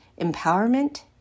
empowerment